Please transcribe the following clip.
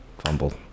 Fumbled